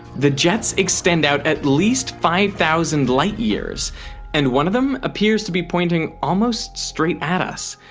the jets extend out at least five thousand lightyears and one of them appears to be pointing almost straight at us.